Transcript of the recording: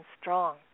strong